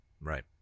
Right